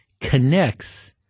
connects